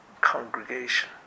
congregation